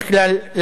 בדרך כלל,